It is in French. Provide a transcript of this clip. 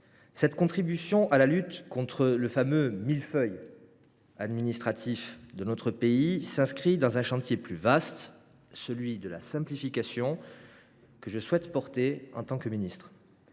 cette contribution à la lutte contre le fameux « millefeuille administratif » de notre pays s’inscrit dans un cadre plus vaste, celui de la simplification, chantier que j’entends conduire en tant que ministre.